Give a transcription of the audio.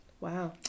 wow